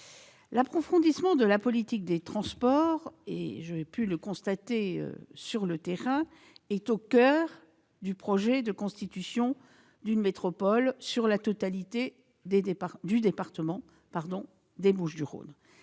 L'approfondissement de la politique des transports, j'ai pu le constater sur le terrain, est au coeur du projet de constitution d'une métropole sur la totalité du département des Bouches-du-Rhône.